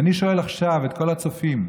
ואני שואל עכשיו את כל הצופים: